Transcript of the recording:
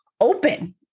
open